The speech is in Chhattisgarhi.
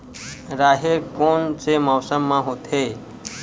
राहेर कोन से मौसम म होथे?